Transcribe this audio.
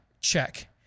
Check